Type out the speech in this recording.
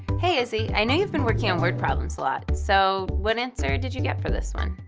hey izzy, i know you've been working on word problems a lot. so, what answer did you get for this one?